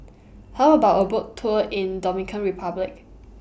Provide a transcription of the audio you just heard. How about A Boat Tour in Dominican Republic